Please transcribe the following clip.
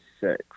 six